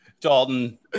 Dalton